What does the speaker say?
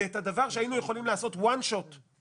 וכך יוצא שדבר שיכולנו לעשות בהחלטה אחת...